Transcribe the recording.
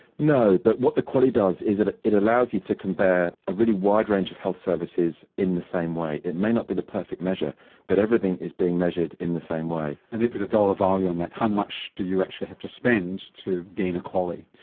no, but what the qaly does is it ah it allows you to compare a really wide range of health services in the same way. it may not be the perfect measure but everything is being measured in the same way. and they put a dollar value on that how much do you actually have to spend to gain a qaly?